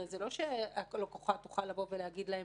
הרי זה לא שלקוחה תוכל לבוא ולהגיד להם: